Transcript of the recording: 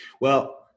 Well-